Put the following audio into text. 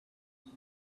this